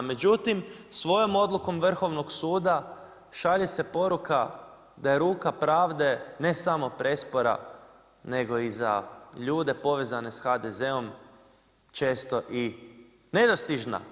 Međutim, svojom odukom Vrhovnog suda, šalje se poruka, da je ruka pravde, ne samo prespora, nego i za ljude povezane s HDZ-om, često i nedostižna.